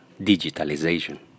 digitalization